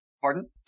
Pardon